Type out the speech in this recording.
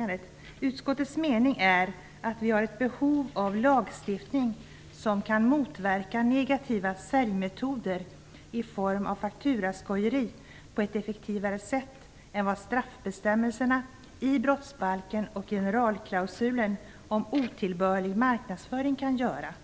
"Enligt utskottets mening föreligger ett behov av lagstiftning som kan motverka negativa säljmetoder i form av fakturaskojeri på ett effektivare sätt än vad straffbestämmelserna i brottsbalken och generalklausulen om otillbörlig marknadsföring kan göra.